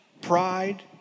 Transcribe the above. pride